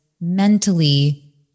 mentally